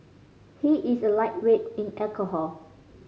he is a lightweight in alcohol